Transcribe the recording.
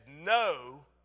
no